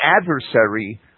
adversary